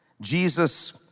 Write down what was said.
Jesus